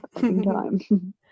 time